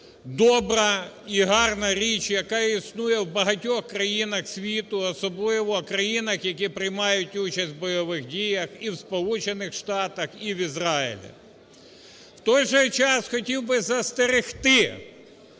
добра і гарна річ, яка існує в багатьох країнах світу, особливо в країнах, які приймають участь в бойових діях – і в Сполучених Штатах, і в Ізраїлі. В той же час хотів би застерегти